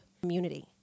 Community